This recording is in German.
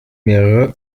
mehrere